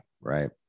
right